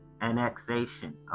annexation